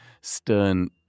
stern